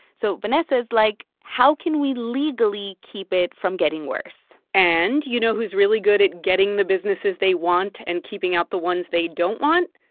so vanessa's like, how can we legally keep it from getting worse? and you know who's really good at getting the businesses they want and keeping out the ones they don't want?